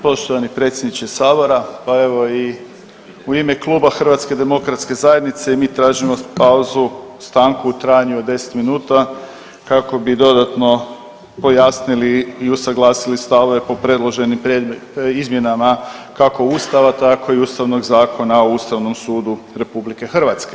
Poštovani predsjedniče Sabora, pa evo i u ime Kluba HDZ-a i mi tražimo pauzu, stanku u trajanju od 10 minuta kako bi dodatno pojasnili i usaglasili stavove po predloženim izmjenama, kako Ustava, tako i Ustavnog zakona o Ustavnom sudu RH.